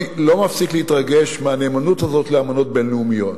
אני לא מפסיק להתרגש מהנאמנות הזאת לאמנות בין-לאומיות.